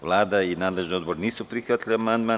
Vlada i nadležni odbor nisu prihvatili amandman.